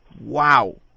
Wow